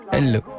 Hello